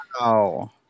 Wow